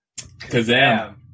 Kazam